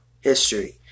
history